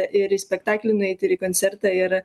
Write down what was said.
ir į spektaklį nueit ir į koncertą ir